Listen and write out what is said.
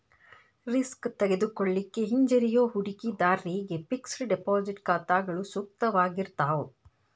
risk ತೆಗೆದುಕೊಳ್ಳಿಕ್ಕೆ ಹಿಂಜರಿಯೋ ಹೂಡಿಕಿದಾರ್ರಿಗೆ ಫಿಕ್ಸೆಡ್ ಡೆಪಾಸಿಟ್ ಖಾತಾಗಳು ಸೂಕ್ತವಾಗಿರ್ತಾವ